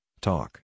talk